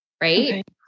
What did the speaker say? right